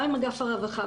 גם עם אגף הרווחה,